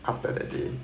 after that day